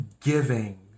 giving